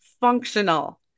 functional